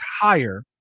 higher